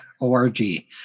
O-R-G